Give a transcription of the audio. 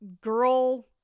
girl